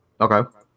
Okay